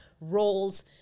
roles